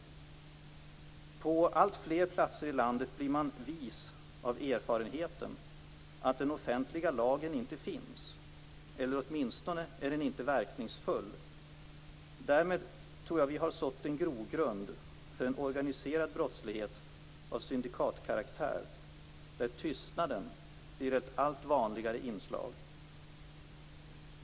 På alltfler platser i landet blir man vis av erfarenheten att den offentliga lagen inte finns, eller åtminstone inte är verkningsfull. Därmed har vi åstadkommit en grogrund för en organiserad brottslighet av syndikatkaraktär där tystnaden blir ett allt vanligare inslag.